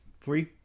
Three